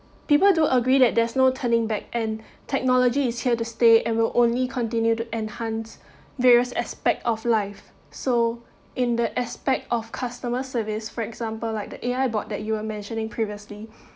people do agree that there's no turning back end technology is here to stay and will only continue to enhance various aspect of life so in the aspect of customer service for example like the A_I bot that you were mentioning previously